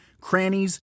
crannies